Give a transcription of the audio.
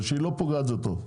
אבל כשהיא לא פוגעת זה טוב.